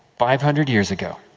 five hundred years ago.